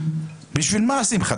בשביל מה שמחה?